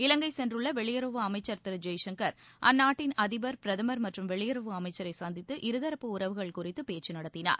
இலங்கை சென்றுள்ள வெளியுறவு அமைச்சர் திரு ஜெய்சங்கர் அந்நாட்டின் அதிபர் பிரதமர் மற்றும் வெளியறவு அமைச்சரை சந்தித்து இருதரப்பு உறவுகள் குறித்து பேச்சு நடத்தினார்